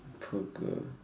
poor girl